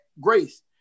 Grace